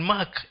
Mark